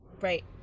right